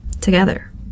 Together